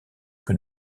que